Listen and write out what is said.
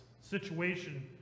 situation